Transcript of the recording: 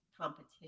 competition